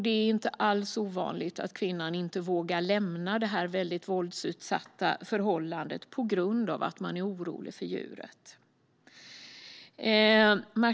Det är inte heller ovanligt att kvinnan inte vågar lämna det våldsutsatta förhållandet på grund av att hon är orolig för djuret.